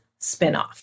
spinoff